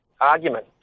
argument